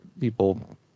people